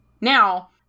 Now